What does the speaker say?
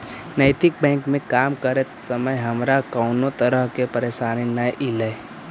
नैतिक बैंक में काम करते समय हमारा कउनो तरह के परेशानी न ईलई